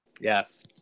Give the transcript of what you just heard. Yes